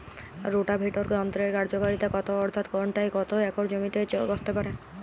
Rotavator যন্ত্রের কার্যকারিতা কত অর্থাৎ ঘণ্টায় কত একর জমি কষতে পারে?